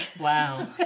Wow